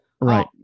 right